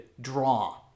draw